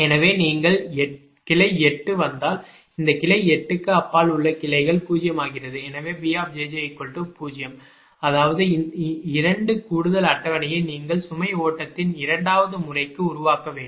எனவே நீங்கள் கிளை 8 வந்தால் இந்த கிளை 8 க்கு அப்பால் உள்ள கிளைகள் 0 ஆகிறது எனவே B 0 அதாவது இந்த 2 கூடுதல் அட்டவணையை நீங்கள் சுமை ஓட்டத்தின் இரண்டாவது முறைக்கு உருவாக்க வேண்டும்